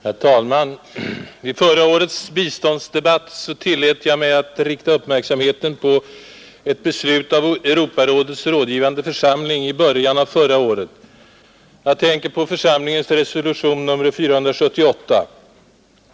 Herr talman! I förra årets biståndsdebatt tillät jag mig att rikta uppmärksamheten på ett beslut av Europarådets rådgivande församling i början av 1971. Jag tänker på församlingens resolution nr 478.